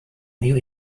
new